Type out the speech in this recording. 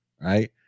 Right